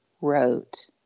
wrote